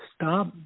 stop